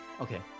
okay